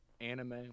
anime